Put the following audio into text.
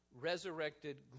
resurrected